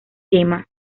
tema